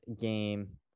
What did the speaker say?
game